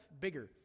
bigger